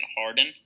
Harden